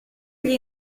gli